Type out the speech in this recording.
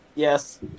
Yes